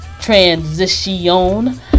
transition